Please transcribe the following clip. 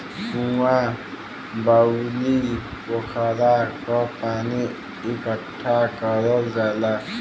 कुँआ, बाउली, पोखरा क पानी इकट्ठा करल जाला